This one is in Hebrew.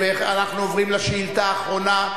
אנחנו עוברים לשאילתא האחרונה.